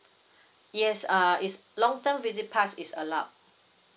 yes uh it's long term visit pass is allowed